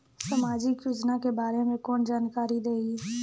समाजिक योजना के बारे मे कोन जानकारी देही?